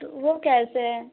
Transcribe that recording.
तो वह कैसे है